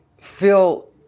feel